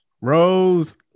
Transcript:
Rose